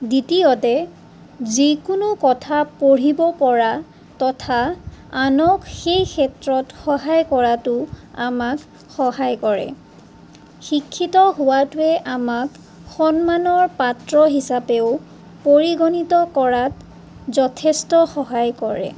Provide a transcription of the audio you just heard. দ্বিতীয়তে যিকোনো কথা পঢ়িব পৰা তথা আনক সেই ক্ষেত্ৰত সহায় কৰাতো আমাক সহায় কৰে শিক্ষিত হোৱাটোৱে আমাক সন্মানৰ পাত্ৰ হিচাপেও পৰিগণিত কৰাত যথেষ্ট সহায় কৰে